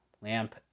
Lamp